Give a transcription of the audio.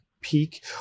peak